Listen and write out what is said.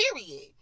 Period